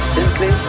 Simply